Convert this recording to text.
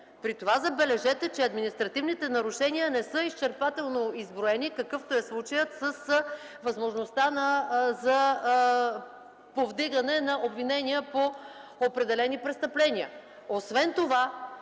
При това забележете, че административните нарушения не са изчерпателно изброени, какъвто е случаят с възможността за повдигане на обвинения по определени престъпления.